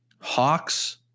Hawks